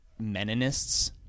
meninists